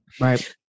right